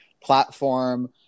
platform